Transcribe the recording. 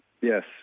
Yes